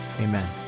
amen